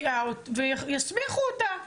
ויסמיכו אותה,